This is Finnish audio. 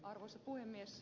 arvoisa puhemies